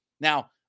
Now